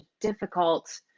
difficult